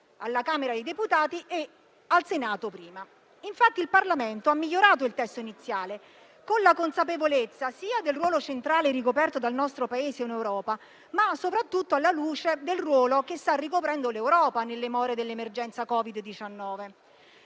alla Camera dei deputati e al Senato. Il Parlamento ha migliorato il testo iniziale, con la consapevolezza del ruolo centrale ricoperto dal nostro Paese in Europa e soprattutto alla luce del ruolo che sta ricoprendo l'Europa nelle more dell'emergenza Covid-19.